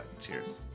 Cheers